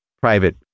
Private